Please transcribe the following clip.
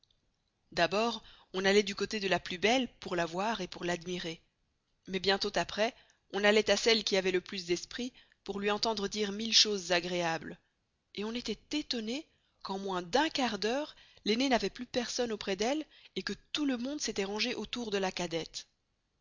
d'abord on alloit du costé de la plus belle pour la voir et pour l'admirer mais bien tost aprés on alloit à celle qui avoit le plus d'esprit pour luy entendre dire mille choses agreables et on estoit estonné qu'en moins d'un quart d'heure l'aînée n'avoit plus personne auprés d'elle et que tout le monde s'estoit rangé autour de la cadette